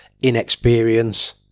inexperience